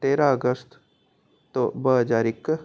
तेरहं अगस्त तो ॿ हज़ार हिकु